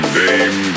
name